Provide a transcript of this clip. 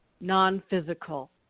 non-physical